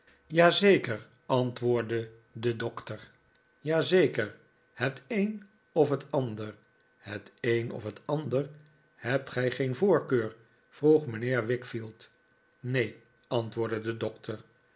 zeker antwoordde de doctor ja zeker het een of het ander het een of het ander hebt gij geen voorkeur vroeg mijnheer wickfield neen antwoordde de doctor